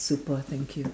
super thank you